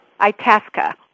Itasca